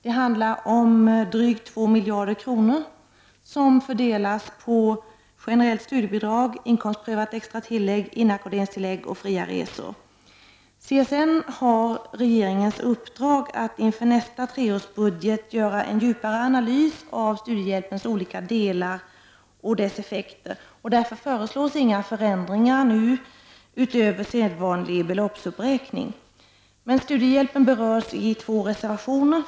Det handlar om drygt 2 miljarder kronor som fördelas på generellt studiebidrag, inkomstprövat extra tillägg, inackorderingstillägg och fria resor. CSN har regeringens uppdrag att inför nästa 3-årsbudget göra en djupare analys av studiehjälpens olika delar och dess effekter. Därför föreslås inga förändringar nu utöver sedvanlig beloppsuppräkning. Studiehjälpen berörs i två reservationer.